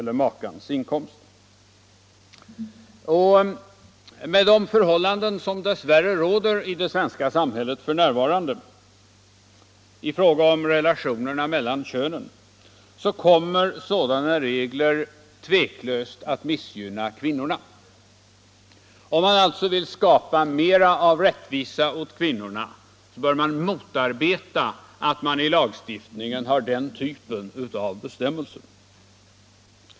Med de relationer mellan könen som dess värre finns i det svenska samhället f.n. kommer sådana regler tveklöst att missgynna kvinnorna. Om man alltså vill skapa mer av rättvisa åt kvinnorna bör man motarbeta den typen av bestämmelser i lagstiftningen.